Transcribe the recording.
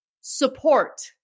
support